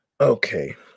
Okay